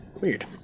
Weird